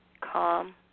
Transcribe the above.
calm